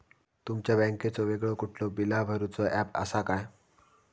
तुमच्या बँकेचो वेगळो कुठलो बिला भरूचो ऍप असा काय?